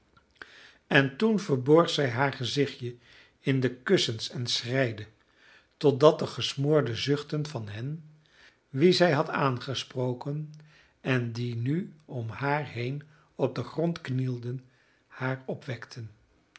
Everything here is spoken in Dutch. en toen verborg zij haar gezichtje in de kussens en schreide totdat de gesmoorde zuchten van hen wie zij had aangesproken en die nu om haar heen op den grond knielden haar opwekten